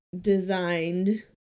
designed